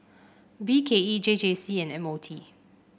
B K E J J C and M O T